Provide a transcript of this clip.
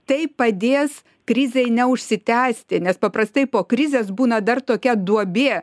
tai padės krizei neužsitęsti nes paprastai po krizės būna dar tokia duobė